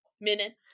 minute